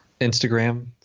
Instagram